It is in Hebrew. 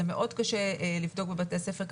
זה מאוד קשה לבדוק בבתי הספר.